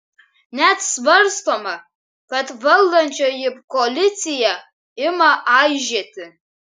net svarstoma kad valdančioji koalicija ima aižėti